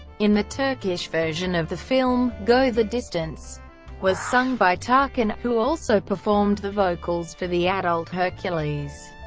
in the turkish version of the film, go the distance was sung by tarkan, who also performed the vocals for the adult hercules.